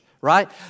Right